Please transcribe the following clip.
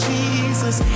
Jesus